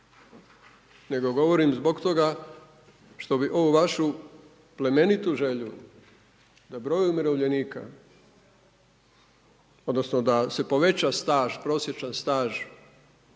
nego govorim zbog toga što bi ovu vašu plemenitu želju da broj umirovljenika odnosno da se poveća staž prosječan staž